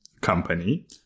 company